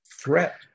threat